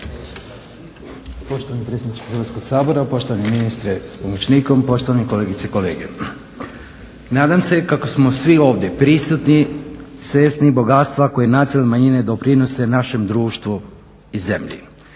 Poštovani predsjedniče Hrvatskog sabora, poštovani ministre s pomoćnikom, poštovani kolegice i kolege. Nadam se kako smo svi ovdje prisutni svijesni bogatstva koje nacionalne manjine doprinose našem društvu i zemlji.